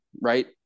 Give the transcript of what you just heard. right